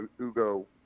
Ugo